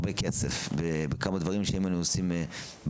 והיינו חוסכים הרבה כסף בכמה דברים שאם היינו עושים בהסברה,